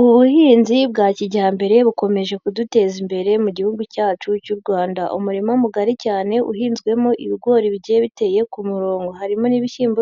Ubuhinzi bwa kijyambere bukomeje kuduteza imbere mu gihugu cyacu cy'u Rwanda, umurima mugari cyane uhinzwemo ibigori bigiye bite ku murongo, harimo n'ibishyimbo,